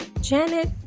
Janet